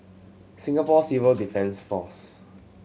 Singapore Civil Defence Force